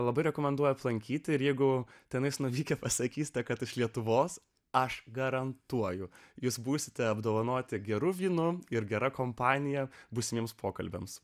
labai rekomenduoju aplankyti ir jeigu tenai nuvykę pasakys kad iš lietuvos aš garantuoju jūs būsite apdovanoti geru vynu ir gera kompanija būsimiems pokalbiams